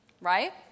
Right